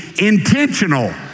intentional